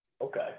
Okay